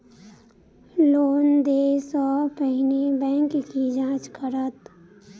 Loan देय सा पहिने बैंक की जाँच करत?